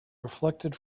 reflected